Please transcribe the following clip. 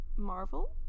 marvel